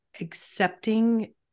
accepting